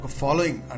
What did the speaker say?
following